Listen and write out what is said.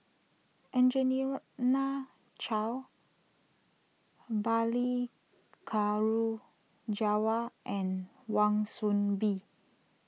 Angelina Choy Balli Kaur Jaswal and Wan Soon Bee